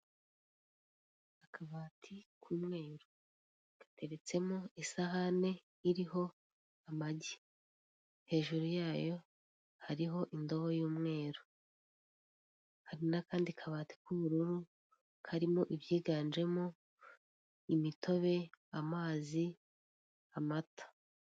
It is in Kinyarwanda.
Akabati k'umweru gateretsemo isahane iriho amagi hejuru yayo hariho indobo y'umweru hari nakandi kabati k'ubururu karimo ibyiganjemo; imitobe, amazi, amata.